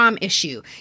issue